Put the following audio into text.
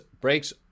breaks